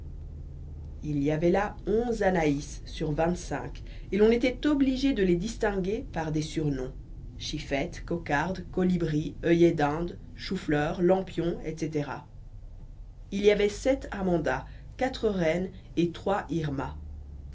il y avait la onze anaïs sur vingt-cinq et l'on était obligé de les distinguer par des surnoms chiffette cocarde colibri oeillet d'inde chou fleur lampion etc il y avait sept amanda quatre reine et trois irma